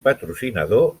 patrocinador